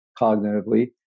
cognitively